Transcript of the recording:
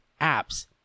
apps